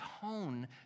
tone